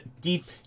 deep